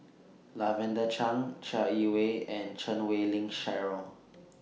Lavender Chang Chai Yee Wei and Chan Wei Ling Cheryl